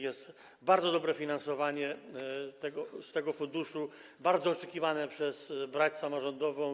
Jest bardzo dobre finansowanie z tego funduszu, bardzo oczekiwane przez brać samorządową.